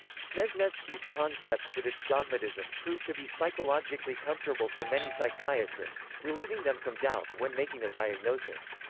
snezhnevsky's concept, with its dogmatism, proved to be psychologically comfortable for many psychiatrists, relieving them from doubt when making a diagnosis.